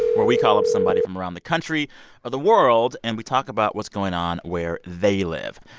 where we call up somebody from around the country or the world, and we talk about what's going on where they live.